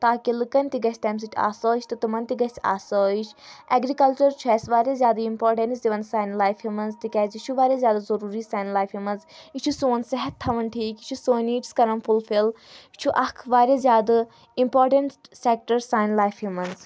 تاکہِ لٕکَن تہِ گژھِ تَمہِ سۭتۍ آسٲیش تہٕ تِمَن تہِ گَژھِ آسٲیِش اؠگرِکَلچَر چھُ اَسہِ واریاہ زیادٕ اِمپاٹَنٕس دِوان سانہِ لایفہِ منٛز تِکیازِ یہِ چھُ واریاہ زیادٕ ضٔروٗری سانہِ لایفہِ منٛز یہِ چھُ سون صِحت تھاوان ٹھیٖک یہِ چھُ سون نیٖڈٕس کَران فُلفِل یہِ چھُ اکھ واریاہ زیادٕ اِمپاٹَنٛٹ سیٚکٹَر سانہِ لایفہِ منٛز